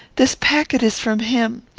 this packet is from him.